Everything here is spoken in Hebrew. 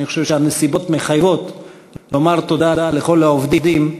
אני חושב שהנסיבות מחייבות לומר תודה לכל העובדים,